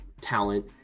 talent